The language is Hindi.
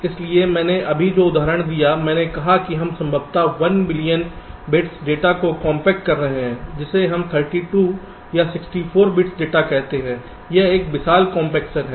इसलिए मैंने अभी जो उदाहरण दिया है मैंने कहा है कि हम संभवतः 1 बिलियन बिट्स डेटा को कॉम्पैक्ट कर रहे हैं जिसे हम 32 या 64 बिट्स डेटा कहते हैं यह एक विशाल कॉम्पेक्शन है